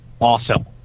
awesome